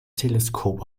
teleskop